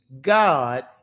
God